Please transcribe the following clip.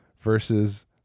versus